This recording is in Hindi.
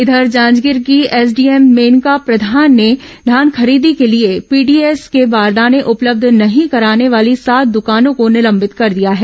इधर जांजगीर की एसडीएम मेनका प्रधान ने धान खरीदी के लिए पीडीएस के बारदाने उपलब्ध नहीं कराने वाली सात दुकानों को निलंबित कर दिया है